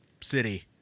city